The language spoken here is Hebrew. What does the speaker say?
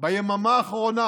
ביממה האחרונה